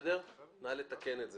נא לתקן את זה.